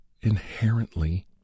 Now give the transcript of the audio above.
inherently